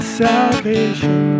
salvation